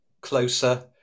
closer